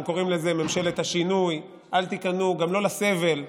הם קוראים לזה "ממשלת השינוי" וגם לא לסבל.